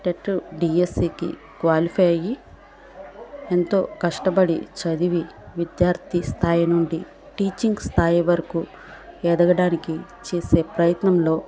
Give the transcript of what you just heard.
TET డిఎస్సికి qualify అయ్యి ఎంతో కష్టపడి చదివి విద్యార్థి స్థాయి నుండి టీచింగ్ స్థాయి వరకు ఎదగడానికి చేసే ప్రయత్నంలో